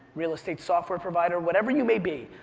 real estate software provider, whatever you may be,